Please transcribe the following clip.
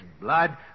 blood